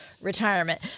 retirement